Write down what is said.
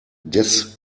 des